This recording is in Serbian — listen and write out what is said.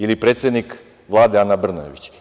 Ili predsednik Vlade, Ana Brnabić?